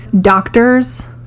Doctors